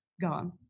gone